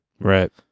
Right